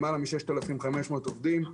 למעלה מ-6,500 עובדים.